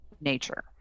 nature